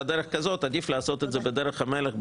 עדיף לעשות את זה בדרך המלך,